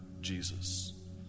Jesus